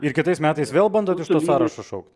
ir kitais metais vėl bandot iš to sąrašo šaukt